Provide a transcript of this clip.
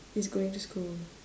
is going to school